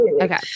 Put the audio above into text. okay